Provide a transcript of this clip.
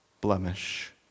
blemish